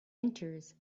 enters